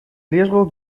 riesgo